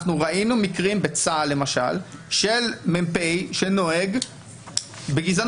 ראינו מקרים, בצה"ל למשל, של מ"פ שנוהג בגזענות.